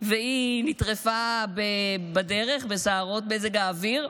והיא נטרפה בדרך בסערות מזג האוויר?